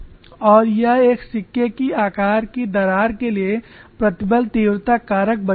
और यह एक सिक्के के आकार की दरार के लिए प्रतिबल तीव्रता कारक बन जाता है